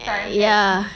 ya